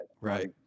Right